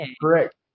Correct